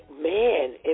man